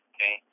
Okay